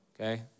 okay